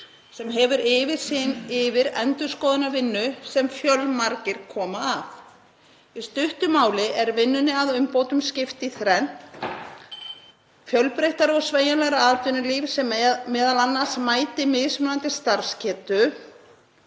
sem hefur yfirsýn yfir endurskoðunarvinnu sem fjölmargir koma að. Í stuttu máli er vinnunni að umbótum skipt í þrennt; fjölbreyttara og sveigjanlegra atvinnulíf sem m.a. mæti mismunandi starfsgetu,